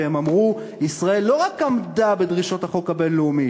והם אמרו: ישראל לא רק עמדה בדרישות החוק הבין-לאומי,